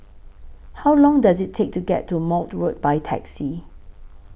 How Long Does IT Take to get to Maude Road By Taxi